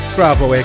Bravo